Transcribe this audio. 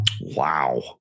Wow